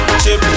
chip